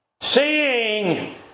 Seeing